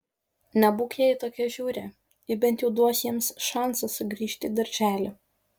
nebūk jai tokia žiauri ji bent jau duos jiems šansą sugrįžti į darželį